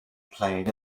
played